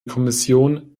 kommission